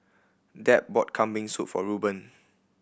Deb bought Kambing Soup for Rueben